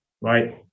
right